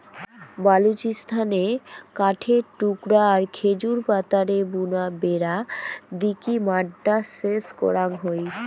বালুচিস্তানে কাঠের টুকরা আর খেজুর পাতারে বুনা বেড়া দিকি মাড্ডা সেচ করাং হই